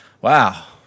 Wow